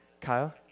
Kyle